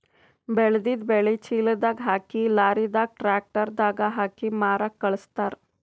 ಬೆಳೆದಿದ್ದ್ ಬೆಳಿ ಚೀಲದಾಗ್ ಹಾಕಿ ಲಾರಿದಾಗ್ ಟ್ರ್ಯಾಕ್ಟರ್ ದಾಗ್ ಹಾಕಿ ಮಾರಕ್ಕ್ ಖಳಸ್ತಾರ್